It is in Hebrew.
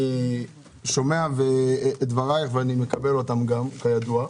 אני שומע את דברייך ומקבל אותם, כידוע.